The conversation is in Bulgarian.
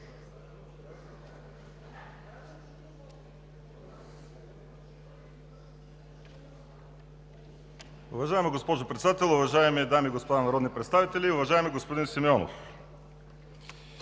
Уважаема госпожо Председател, уважаеми дами и господа народни представители! Уважаеми господин Кирилов,